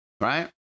right